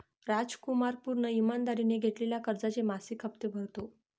रामकुमार पूर्ण ईमानदारीने घेतलेल्या कर्जाचे मासिक हप्ते भरतो